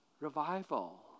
revival